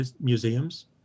museums